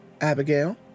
Abigail